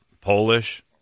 Polish